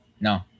no